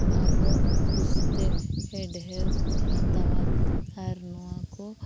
ᱟᱨ ᱦᱚᱸ ᱠᱩᱥᱤᱛᱮ ᱦᱮ ᱰᱷᱮᱨ ᱠᱚ ᱦᱟᱛᱟᱣᱟ ᱟᱨ ᱱᱚᱣᱟ ᱠᱚ